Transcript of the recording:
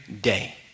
day